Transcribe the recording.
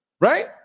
right